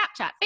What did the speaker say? Snapchat